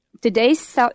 today's